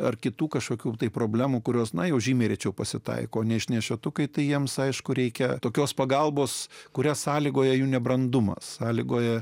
ar kitų kažkokių problemų kurios na jau žymiai rečiau pasitaiko neišnešiotų kai tai jiems aišku reikia tokios pagalbos kurias sąlygoja jų nebrandumas sąlygoja